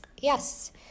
Yes